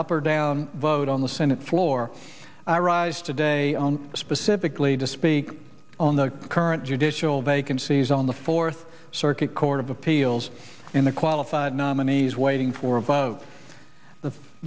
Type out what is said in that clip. up or down vote on the senate floor i rise today specifically to speak on the current judicial vacancies on the fourth circuit court of appeals in the qualified nominees waiting for a vote